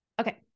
Okay